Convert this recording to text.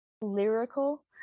lyrical